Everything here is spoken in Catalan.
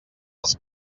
els